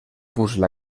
puzle